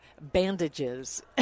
bandages